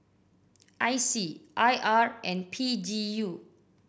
I C I R and P G U